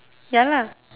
ya lah